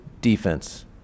defense